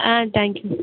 ah thank you